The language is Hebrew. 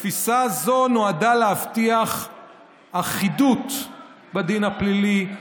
תפיסה זו נועדה להבטיח אחידות בדין הפלילי,